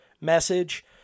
message